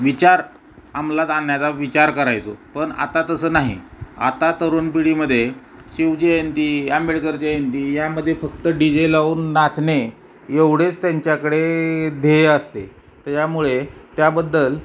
विचार अमंलात आणण्याचा विचार करायचो पण आता तसं नाही आता तरुण पिढीमध्ये शिवजयंती आंबेडकर जयंती यामध्ये फक्त डी जे लावून नाचणे एवढेच त्यांच्याकडे ध्येय असते त्याच्यामुळे त्याबद्दल